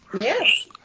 Yes